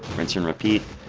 rinse and repeat.